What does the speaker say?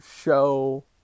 show